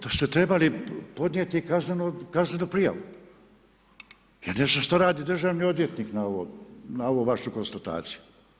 To ste trebali podnijeti kaznenu prijavu, ja ne znam što radi državni odvjetnik na ovu vašu konstataciju.